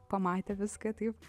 pamatė viską taip